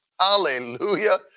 Hallelujah